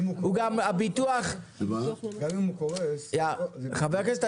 הביטוח --- גם אם הוא קורס --- לא ביטוח.